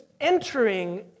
entering